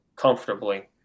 Comfortably